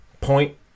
point